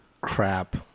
crap